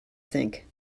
think